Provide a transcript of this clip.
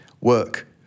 work